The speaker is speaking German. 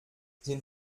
sind